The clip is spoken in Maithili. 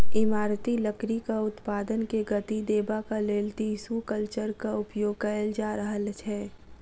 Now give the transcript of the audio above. इमारती लकड़ीक उत्पादन के गति देबाक लेल टिसू कल्चरक उपयोग कएल जा रहल छै